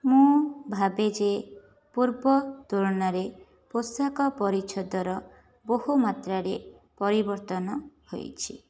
ମୁଁ ଭାବେ ଯେ ପୂର୍ବ ତୁଳନାରେ ପୋଷାକ ପରିଚ୍ଛଦର ବହୁମାତ୍ରାରେ ପରିବର୍ତ୍ତନ ହୋଇଛି